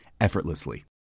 effortlessly